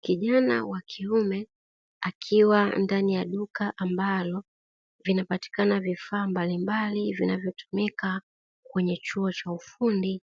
Kijana wa kiume akiwa ndani ya duka ambalo vinapatikana vifaa mbalimbali vinavyotumika kwenye chuo cha ufundi,